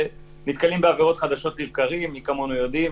ונתקלים בעבירות חדשות לבקרים, מי כמונו יודעים